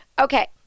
Okay